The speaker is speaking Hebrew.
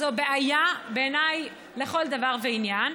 זו בעיה בעיניי לכל דבר ועניין.